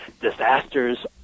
disasters